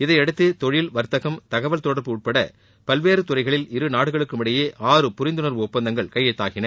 இதையடுத்து தொழில் வர்த்தகம் தகவல் தொடர்பு உட்பட பல்வேறு துறைகளில் இரு நாடுகளுக்கு இடையே ஆறு புரிந்துணர்வு ஒப்பந்தங்கள் கையெழுத்தாகின